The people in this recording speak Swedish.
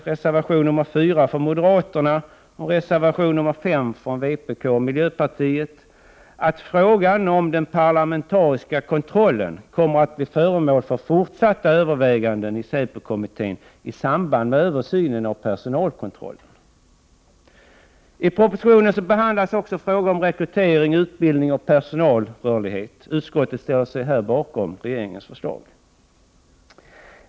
1988/89:120 från moderaterna och reservation 5 från vpk och miljöpartiet, att frågan om 24 maj 1989 den parlamentariska kontrollen kommer att bli föremål för fortsatta överväganden i säpokommittén i samband med översynen av personalkontrollen. I propositionen behandlas också frågor om rekrytering, utbildning och personalrörlighet. Utskottet ställer sig här bakom regeringens förslag.